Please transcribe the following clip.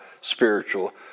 spiritual